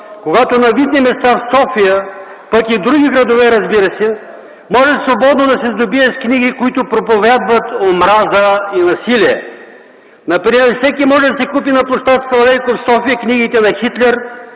когато на видни места в София, пък и в други градове, разбира се, можеш свободно да се сдобиеш с книги, които проповядват омраза и насилие? Например всеки може да си купи на пл. „Славейков” в София книгите на Хитлер,